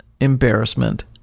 embarrassment